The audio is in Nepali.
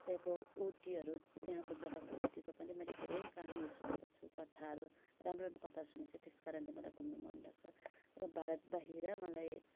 त्यहाँको उटीहरू त्यहाँको जग्गाको उटीको पनि मैले धेरै कहानीहरू सुनेको छु कथाहरू राम्रो राम्रो कथाहरू सुनेको छु त्यस कारणले मलाई घुम्नु मनलाग्छ र भारत बाहिर मलाई